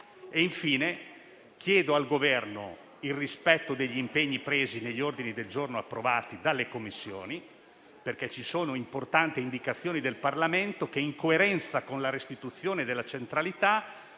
infine al Governo il rispetto gli impegni presi negli ordini del giorno approvati dalle Commissioni perché ci sono importanti indicazioni del Parlamento che, in coerenza con la restituzione della centralità